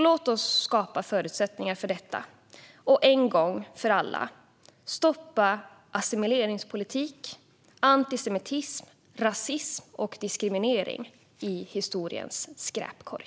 Låt oss skapa förutsättningar för detta och en gång för alla stoppa assimileringspolitik, antisemitism, rasism och diskriminering i historiens skräpkorg!